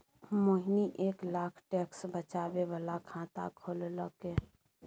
मोहिनी एक लाख टैक्स बचाबै बला खाता खोललकै